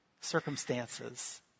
circumstances